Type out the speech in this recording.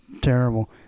terrible